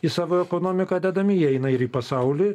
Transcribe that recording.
į savo ekonomiką dedami įeina ir į pasaulį